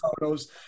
photos